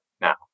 now